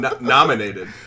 Nominated